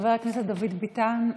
חבר הכנסת דוד ביטן,